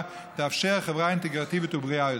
תאפשר חברה אינטגרטיבית ובריאה יותר."